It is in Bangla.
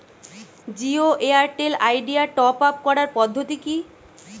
জিও এয়ারটেল আইডিয়া টপ আপ করার পদ্ধতি কি?